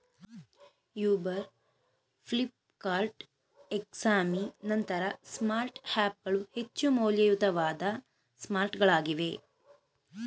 Uber, Flipkart, ಎಕ್ಸಾಮಿ ನಂತಹ smart app ಗಳು ಹೆಚ್ಚು ಮೌಲ್ಯಯುತವಾದ ಸ್ಮಾರ್ಟ್ಗಳಾಗಿವೆ